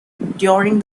during